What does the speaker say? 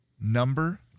Number